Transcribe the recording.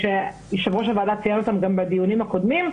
שיושב-ראש הוועדה ציין אותן גם בדיונים הקודמים,